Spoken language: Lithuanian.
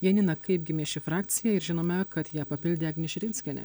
janina kaip gimė ši frakcija ir žinome kad ją papildė agnė širinskienė